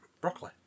Broccoli